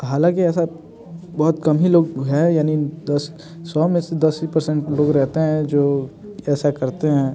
हालाँकि ऐसा बहुत कम ही लोग है यानी दस सौ में से दस ही प्रसेंट लोग रहते हैं जो ऐसा करते हैं